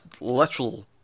literal